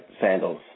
sandals